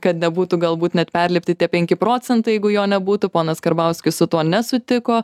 kad nebūtų galbūt net perlipti tie penki procentai jeigu jo nebūtų ponas karbauskis su tuo nesutiko